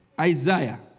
Isaiah